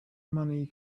money